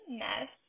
mess